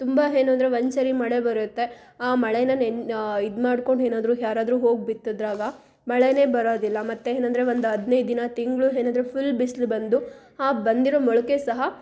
ತುಂಬ ಏನು ಅಂದರೆ ಒಂದು ಸರಿ ಮಳೆ ಬರುತ್ತೆ ಆ ಮಳೆಯ ನೆನ್ ಇದು ಮಾಡ್ಕೊಂಡು ಏನಾದರೂ ಯಾರಾದರೂ ಹೋಗಿ ಬಿತ್ತಿದಾಗ ಮಳೆಯೇ ಬರೋದಿಲ್ಲ ಮತ್ತು ಏನಂದ್ರೆ ಒಂದು ಹದಿನೈದು ದಿನ ತಿಂಗಳು ಏನಾದರೂ ಫುಲ್ ಬಿಸ್ಲು ಬಂದು ಹಾ ಬಂದಿರೋ ಮೊಳಕೆ ಸಹ